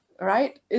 right